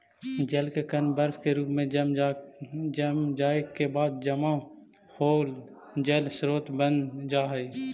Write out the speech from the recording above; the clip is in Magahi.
जल के कण बर्फ के रूप में जम जाए के बाद जमा होल जल स्रोत बन जा हई